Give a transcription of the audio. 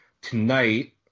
tonight